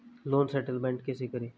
Loan settlement कैसे करें?